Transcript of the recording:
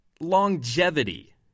longevity